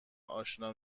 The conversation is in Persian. آشنا